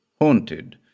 haunted